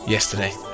Yesterday